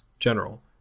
general